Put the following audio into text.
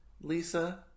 Lisa